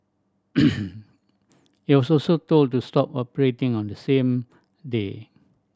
it also told to stop operating on the same day